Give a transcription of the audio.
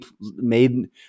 made